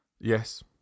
Yes